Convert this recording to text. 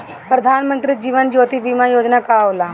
प्रधानमंत्री जीवन ज्योति बीमा योजना का होला?